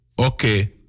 Okay